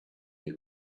they